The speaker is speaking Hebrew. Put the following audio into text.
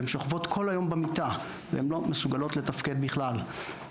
הן שוכבות כל היום במיטה והן לא מסוגלות לתפקד בכלל.